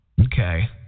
Okay